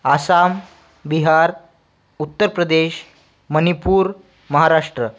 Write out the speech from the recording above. Assam Bihar Uttar Pradesh Manipur Maharashtra